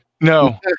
No